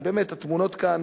באמת, התמונות כאן